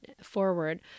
forward